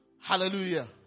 Hallelujah